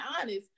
honest